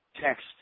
text